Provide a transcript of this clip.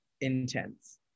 intense